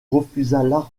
refusa